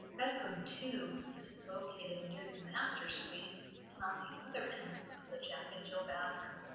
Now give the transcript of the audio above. bedroom two is located near the master suite and on the other end of the jack and jill bathroom.